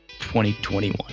2021